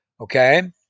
Okay